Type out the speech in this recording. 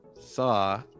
Saw